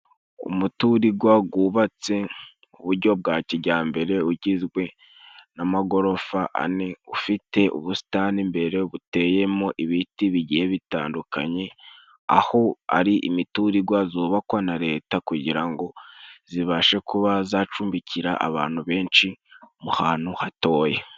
Umutirigwa gubatse ku buryo bwa kijyambere ugizwe n'amagorofa ane ,ufite ubusitani imbere buteye mo ibiti bigiye bitandukanye, aho ari imiturigwa zubakwa na leta kugira ngo zibashe kuba zacumbikira abantu benshi mu hantu hatoya.